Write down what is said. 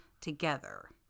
together